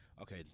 Okay